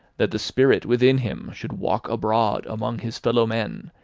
that the spirit within him should walk abroad among his fellowmen,